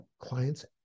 clients